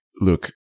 look